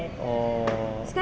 oo